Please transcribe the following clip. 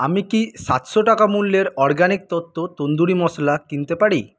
আমি কি সাতশো টাকা মূল্যের অরগ্যাানিক তত্ত্ব তন্দুরি মশলা কিনতে পারি